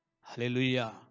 Hallelujah